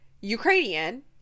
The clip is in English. Ukrainian